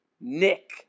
Nick